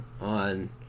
on